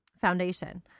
foundation